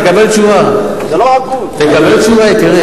תקבל תשובה, יקירי.